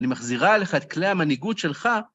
היא מחזירה אליך את כלי המנהיגות שלך.